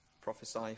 prophesy